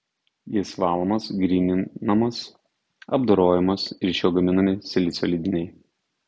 jis valomas gryninamas apdorojamas ir iš jo gaminami silicio lydiniai